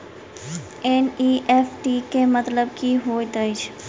NEFT केँ मतलब की होइत अछि?